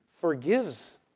forgives